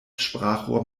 sprachrohr